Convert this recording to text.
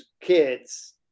kids